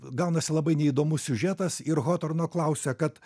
gaunasi labai neįdomus siužetas ir hotorno klausia kad